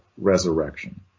Resurrection